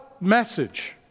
message